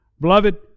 Beloved